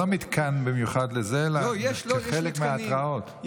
זה לא מתקן במיוחד לזה אלא כחלק מההתרעות.